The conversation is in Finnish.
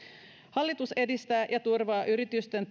hallitus edistää ja turvaa yritysten